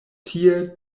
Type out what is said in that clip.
tie